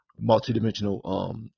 multi-dimensional